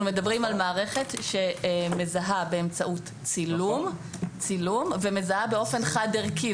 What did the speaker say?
אנחנו מדברים על מערכת שמזהה באמצעות צילום ומזהה באופן חד ערכי.